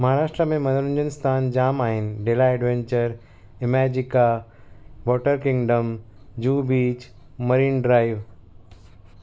महाराष्ट्र में मनोरंजनु स्थान जामु आहिनि Della Adventure Imagica Water Kingdom Juhu beach Marine drive